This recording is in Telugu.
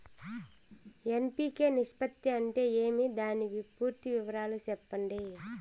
ఎన్.పి.కె నిష్పత్తి అంటే ఏమి దాని పూర్తి వివరాలు సెప్పండి?